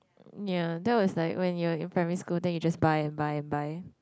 ya that was like when you were in primary school then you just buy and buy and buy